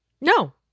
No